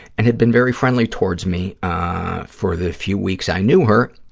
and had been very friendly towards me for the few weeks i knew her.